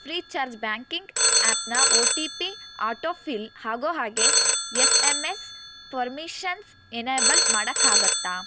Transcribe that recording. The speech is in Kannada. ಫ್ರೀ ಚಾರ್ಜ್ ಬ್ಯಾಂಕಿಂಗ್ ಆ್ಯಪ್ನ O T P auto fill ಆಗೋ ಹಾಗೆ S M S permissions enable ಮಾಡೋಕ್ಕಾಗುತ್ತ